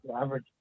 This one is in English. Average